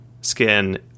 skin